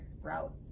route